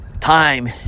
time